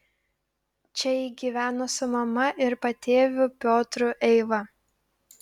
čia ji gyveno su mama ir patėviu piotru eiva